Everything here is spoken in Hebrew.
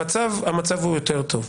המצב הוא יותר טוב.